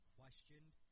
questioned